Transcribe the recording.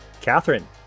Catherine